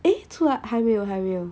eh 出来还没有还没有